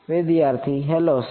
વિદ્યાર્થી hello sir